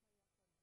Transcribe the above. תם סדר-היום.